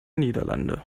niederlande